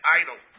idle